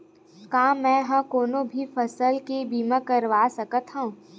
का मै ह कोनो भी फसल के बीमा करवा सकत हव?